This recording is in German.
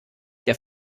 der